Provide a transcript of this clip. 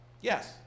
Yes